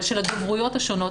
אבל של הדוברויות השונות.